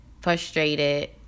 frustrated